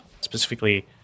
specifically